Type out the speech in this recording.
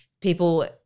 people